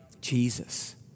Jesus